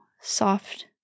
soft